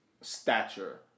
stature